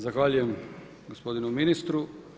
Zahvaljujem gospodinu ministru.